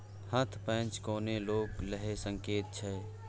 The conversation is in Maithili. हथ पैंच कोनो लोक लए सकैत छै